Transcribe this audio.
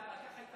אתה יודע בדיוק,